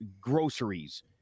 groceries